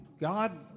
God